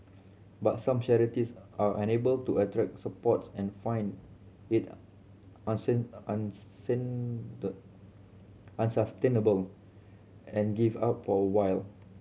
but some charities are unable to attract support and find it unsustainable and give up for a while